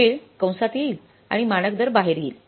वेळ कंसात येईल आणि मानक दर बाहेर येईल